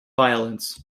violence